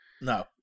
No